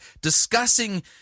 discussing